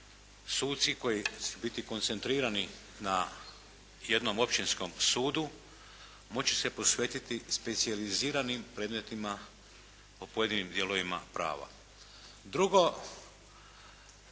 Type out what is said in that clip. koji će biti koncentrirani na jednom općinskom sudu moći se posvetiti specijaliziranim predmetima o pojedinim dijelovima prava. Drugo,